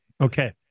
Okay